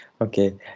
Okay